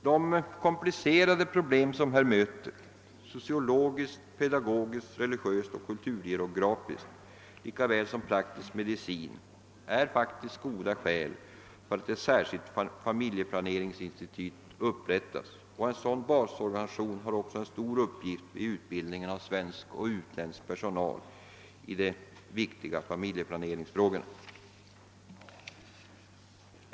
De komplcerade problem som här möter — sociologiska, pedagogiska, religiösa och kulturgeografiska lika väl som praktiskt medicinska — är faktiskt goda skäl för att ett särskilt familjeplaneringsinstitut upprättas. En sådan basorganisation har också en stor uppgift vid utbildningen av svensk och utländsk personal i de viktiga familjeplaneringsfrågorna.